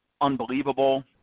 unbelievable